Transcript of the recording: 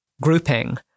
grouping